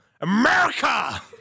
America